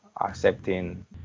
accepting